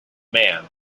man